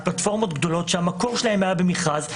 על פלטפורמות גדולות שהמקור שלהם היה במכרז,